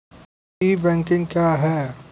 ई banking क्या हैं?